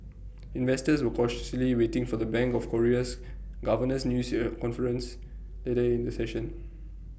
investors were cautiously waiting for the bank of Korea's governor's news IT A conference later in the session